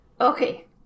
Okay